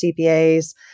CPAs